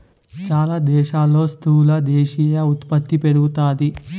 చాలా దేశాల్లో స్థూల దేశీయ ఉత్పత్తి పెరుగుతాది